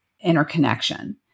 interconnection